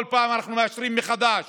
כל פעם אנחנו מייצרים מחדש